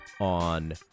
on